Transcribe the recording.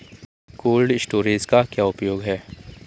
Cold storage का क्या उपयोग है?